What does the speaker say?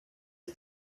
are